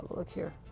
look here.